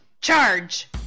charge